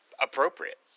appropriate